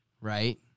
Right